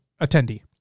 attendee